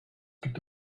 gibt